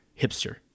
hipster